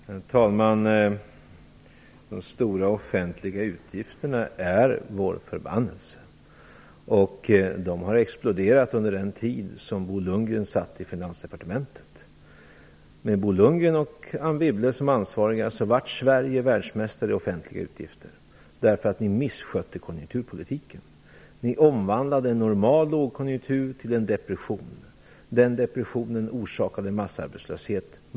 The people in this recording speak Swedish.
Herr talman! De stora offentliga utgifterna är vår förbannelse. De har exploderat under den tid som Bo Lundgren och Anne Wibble som ansvariga blev Sverige världsmästare i offentliga utgifter därför att ni misskötte konjunkturpolitiken. Ni omvandlade en normal lågkonjunktur till en depression. Den depressionen orsakade massarbetslöshet.